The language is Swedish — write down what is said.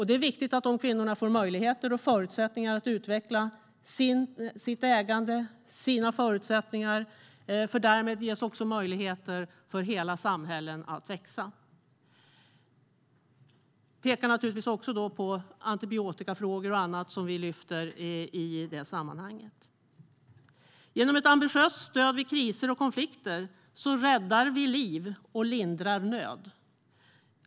Det är viktigt att dessa kvinnor får möjligheter och förutsättningar att utveckla sitt ägande och sina förutsättningar. Därmed ges möjligheter för hela samhällen att växa. Vi pekar också på antibiotikafrågor och annat som vi lyfter i sammanhanget. Genom ett ambitiöst stöd vid kriser och konflikter räddar vi liv och lindrar nöd.